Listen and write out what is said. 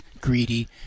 greedy